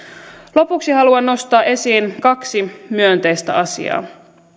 lopuksi haluan nostaa esiin kaksi myönteistä asiaa